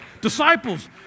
Disciples